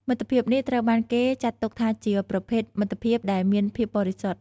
មិត្តភាពនេះត្រូវបានគេចាត់ទុកថាជាប្រភេទមិត្តភាពដែលមានភាពបរិសុទ្ធ។